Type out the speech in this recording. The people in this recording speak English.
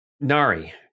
nari